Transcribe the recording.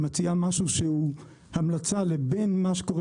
היא מציעה משהו המלצה לבין מה שקורה